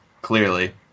clearly